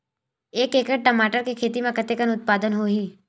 एक एकड़ टमाटर के खेती म कतेकन उत्पादन होही?